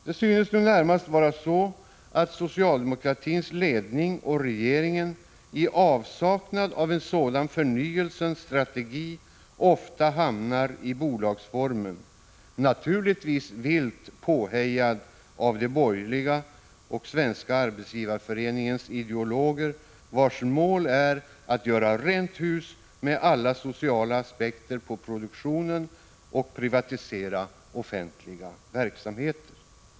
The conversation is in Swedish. Det synes nu närmast vara så att socialdemokratins ledning och regeringen, i avsaknad av en sådan förnyelsens strategi, ofta hamnar i bolagsformen — naturligtvis vilt påhejade av de borgerliga och Svenska arbetsgivareföreningens ideologer, vilkas mål är att göra rent hus med alla sociala aspekter på produktionen och att privatisera offentliga verksamheter.